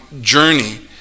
journey